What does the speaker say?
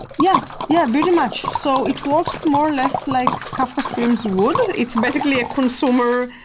yeah yeah, pretty much. so it works more or less like kafka stream would. it's basically a consumer,